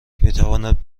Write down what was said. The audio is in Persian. میتواند